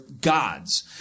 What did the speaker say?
gods